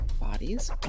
bodies